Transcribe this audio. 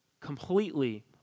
completely